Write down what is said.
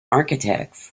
architects